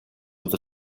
with